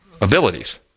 abilities